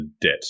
debt